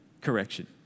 correction